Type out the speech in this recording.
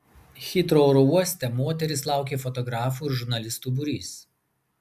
hitrou oro uoste moteris laukė fotografų ir žurnalistų būrys